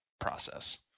process